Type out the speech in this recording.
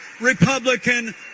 Republican